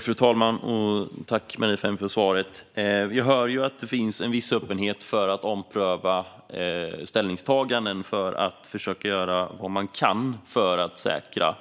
Fru talman! Tack, Maria Ferm, för svaret! Vi hör att det finns en viss öppenhet för att ompröva ställningstaganden för att försöka göra vad man kan för att säkra